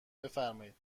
بفرمایید